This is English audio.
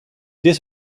this